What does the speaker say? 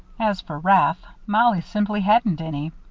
as for wrath, mollie simply hadn't any.